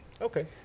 Okay